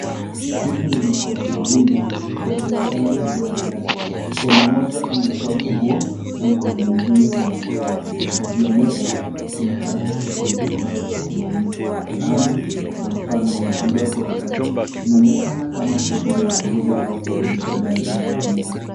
Hii ni mikono miwili ikibadilishana funguo ya gari. Mkono mmoja unatoa funguo, na mkono mwingine unapokea. Juu ya meza kuna karatasi kwenye kibao cha kubania, kalamu na mfano mdogo wa gari. Inaonekana kama shughuli ya kuuza au kukodisha gari inafanyika.